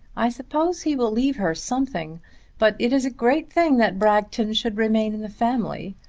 i suppose he will leave her something but it is a great thing that bragton should remain in the family.